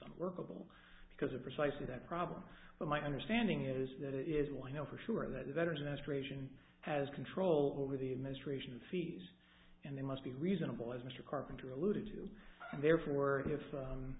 workable because of precisely that problem but my understanding is that is why i know for sure that the veteran aspiration has control over the administration fees and they must be reasonable as mr carpenter alluded to and therefore if